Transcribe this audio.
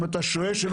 אם אתה שוהה שלא כדין.